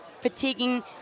fatiguing